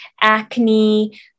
acne